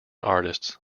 artists